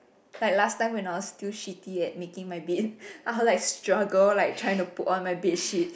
like last time when I was still shitty at making my bed I'll like struggle like trying to put on my bed sheet